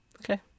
Okay